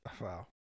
Wow